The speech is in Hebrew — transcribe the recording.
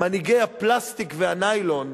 מנהיגי הפלסטיק והניילון,